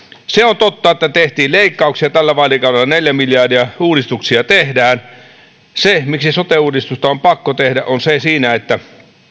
se on totta että tehtiin leikkauksia tällä vaalikaudella neljä miljardia uudistuksia tehdään syy miksi sote uudistusta on pakko tehdä on siinä että